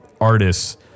artists